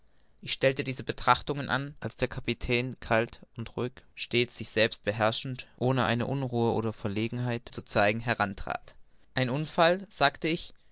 ich stellte diese betrachtungen an als der kapitän kalt und ruhig stets sich selbst beherrschend ohne eine unruhe oder verlegenheit zu zeigen herantrat ein unfall sagte ich